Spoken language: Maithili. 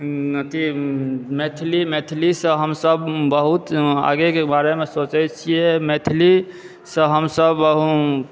अथी मैथिली मैथिली सॅं हमसब बहुत आगे के बारे मे सोचै छियै मैथिली सॅं हमसब